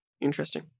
Interesting